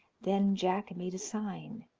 then jack made a sign,